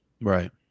Right